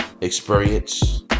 experience